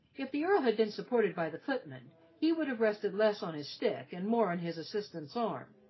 if the earl had been supported by the footman he would have rested less on his stick and more on his assistant's arm.